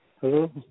Hello